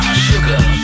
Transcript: sugar